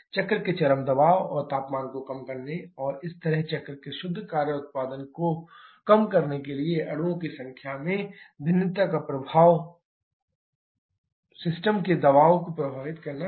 चक्र के चरम दबाव और तापमान को कम करने और इस तरह चक्र के शुद्ध कार्य उत्पादन को कम करने के लिए अणुओं की संख्या में भिन्नता का प्रभाव सिस्टम के दबाव को प्रभावित करना है